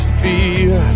fear